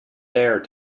dare